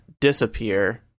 disappear